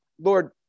Lord